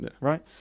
right